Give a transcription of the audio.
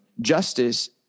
justice